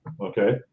okay